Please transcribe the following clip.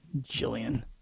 Jillian